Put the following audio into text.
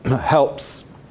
helps